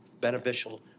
beneficial